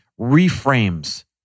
reframes